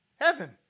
Heaven